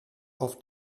auf